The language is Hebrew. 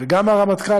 וגם הרמטכ"ל,